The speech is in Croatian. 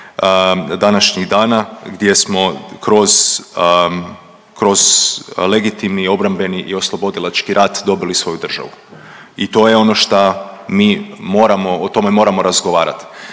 današnjih dana gdje smo kroz, kroz legitimni, obrambeni i oslobodilački rat dobili svoju državu i to je ono šta mi moramo o tome moramo razgovarat.